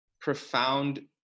profound